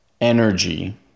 energy